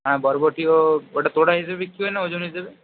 হ্যাঁ বরবটিও ওটা তোড়া হিসেবে বিক্রি হয় না ওজন হিসেবে